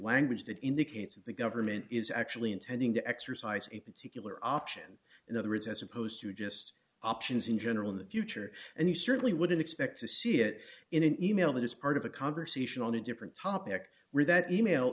language that indicates that the government is actually intending to exercise a particular option in other words as opposed to just options in general in the future and you certainly wouldn't expect to see it in an e mail that is part of a conversation on a different topic or that e mail